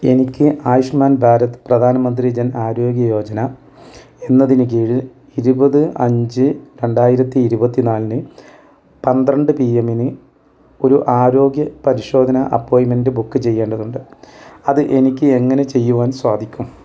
എനിക്ക് ആയുഷ്മാൻ ഭാരത് പ്രധാൻ മന്ത്രി ജൻ ആരോഗ്യ യോജന എന്നതിന് കീഴിൽ ഇരുപത് അഞ്ച് രണ്ടായിരത്തി ഇരുപത്തിനാലിന് പന്ത്രണ്ട് പി എമ്മിന് ഒരു ആരോഗ്യ പരിശോധന അപ്പോയിൻ്റ്മെൻ്റ് ബുക്ക് ചെയ്യേണ്ടതുണ്ട് അത് എനിക്ക് എങ്ങനെ ചെയ്യുവാൻ സാധിക്കും